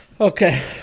Okay